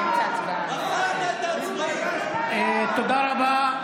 העצמאים, תודה רבה.